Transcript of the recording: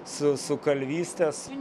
su su kalvystės